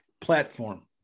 Platform